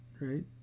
right